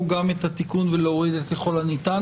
גם את התיקון ולהוריד את "ככל הניתן".